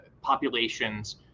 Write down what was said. populations